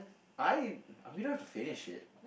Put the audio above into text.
I we don't have finish it